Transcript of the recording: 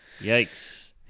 Yikes